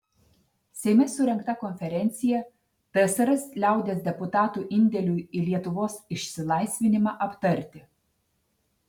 seime surengta konferencija tsrs liaudies deputatų indėliui į lietuvos išsilaisvinimą aptarti